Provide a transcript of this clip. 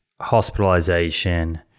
hospitalization